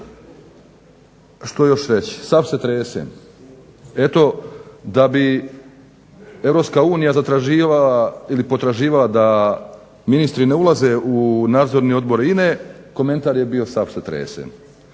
Što još reći? Sav se tresem. Eto da bi EU zatraživala ili potraživala da ministri ne ulaze u nadzorni odbor INA-e, komentar je bio sav se tresem.